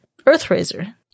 Earthraiser